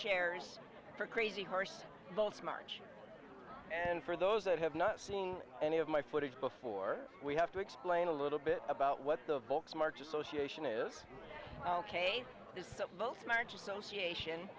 chairs for crazy horse bolts march and for those that have not seen any of my footage before we have to explain a little bit about what the folks march association is ok this both march association